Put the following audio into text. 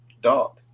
Dog